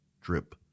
drip